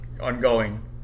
ongoing